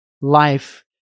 life